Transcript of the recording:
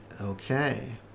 Okay